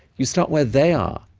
you start where they are.